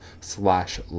slash